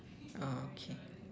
okay